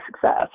success